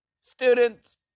Students